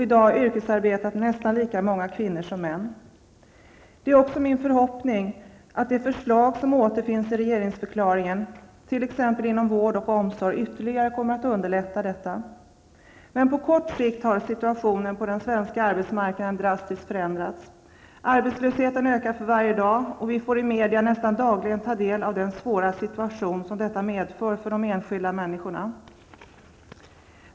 I dag yrkesarbetar nästan lika många kvinnor som män. Det är också min förhoppning att de förslag som återfinns i regeringsförklaringen, t.ex. inom vård och omsorg, ytterligare kommer att underlätta detta. Men på kort sikt har situationen på den svenska arbetsmarknaden drastiskt förändrats. Arbetslösheten ökar för varje dag. Vi får i media nästan dagligen ta del av den svåra situation som detta medför för de enskilda människorna.